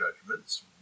judgments